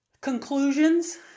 conclusions